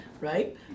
right